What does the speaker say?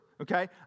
okay